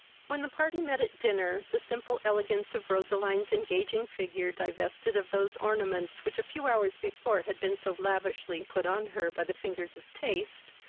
when the party met at dinner, the simple elegance of roseline's engaging figure, divested of those ornaments which a few hours before had been so lavishly put on her by the fingers of taste,